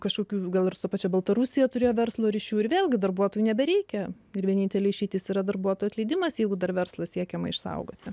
kažkokių gal ir su pačia baltarusija turėjo verslo ryšių ir vėlgi darbuotojų nebereikia ir vienintelė išeitis yra darbuotojų atleidimas jeigu dar verslą siekiama išsaugoti